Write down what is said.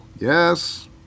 Yes